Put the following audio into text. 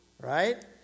right